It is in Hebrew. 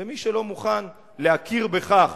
ומי שלא מוכן להכיר בכך